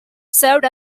served